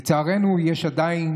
לצערנו יש עדיין